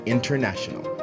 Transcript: International